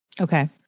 Okay